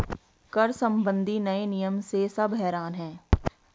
कर संबंधी नए नियम से सब हैरान हैं